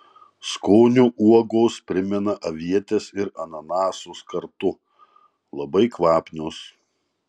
skoniu uogos primena avietes ir ananasus kartu labai kvapnios